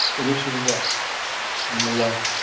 and this is west on the left.